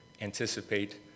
anticipate